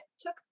took